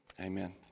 Amen